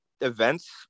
events